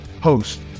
host